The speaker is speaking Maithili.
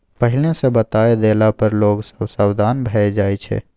पहिले सँ बताए देला पर लोग सब सबधान भए जाइ छै